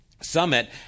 Summit